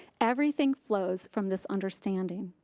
everything flows from this understanding.